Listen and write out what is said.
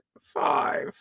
five